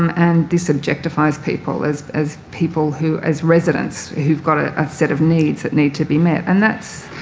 and this objectifies people as as people who as residents who've got a set of needs that need to be met. and that's,